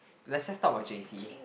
let's just talk about j_c